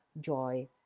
joy